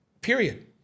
Period